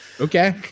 Okay